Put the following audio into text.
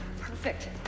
Perfect